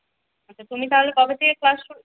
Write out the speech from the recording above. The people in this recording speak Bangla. আচ্ছা তুমি তাহলে কবে থেকে ক্লাস শুরু